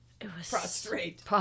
Prostrate